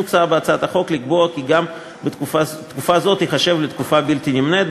מוצע בהצעת החוק לקבוע כי גם תקופה זו תיחשב "תקופה בלתי נמנית",